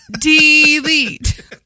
Delete